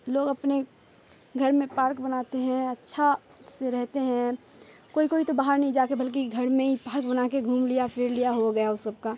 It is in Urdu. لوگ اپنے گھر میں پارک بناتے ہیں اچھا سے رہتے ہیں کوئی کوئی تو باہر نہیں جا کے بلکہ گھر میں ہی پارک بنا کے گھوم لیا پھر لیا ہو گیا وہ سب کا